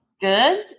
good